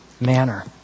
manner